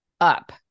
up